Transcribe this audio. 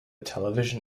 television